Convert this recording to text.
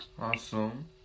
Awesome